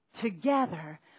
together